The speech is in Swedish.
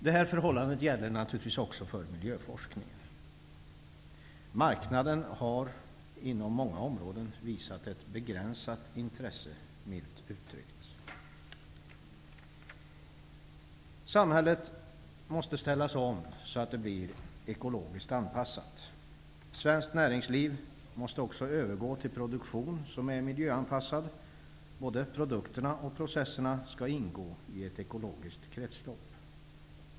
Det här förhållandet gäller naturligtvis också för miljöforskningen. Marknaden har inom många områden visat ett, milt uttryckt, begränsat intresse. Samhället måste ställas om så att det bli ekologiskt anpassat. Svenskt näringsliv måste också övergå till produktion som är miljöanpassad; både produkterna och processerna skall ingå i ett ekologiskt kretslopp.